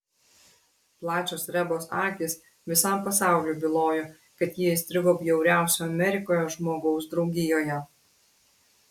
plačios rebos akys visam pasauliui bylojo kad ji įstrigo bjauriausio amerikoje žmogaus draugijoje